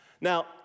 Now